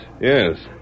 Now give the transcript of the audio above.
Yes